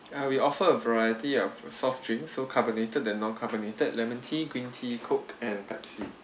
uh we offer a variety of soft drinks so carbonated then non-carbonated lemon tea green tea coke and Pepsi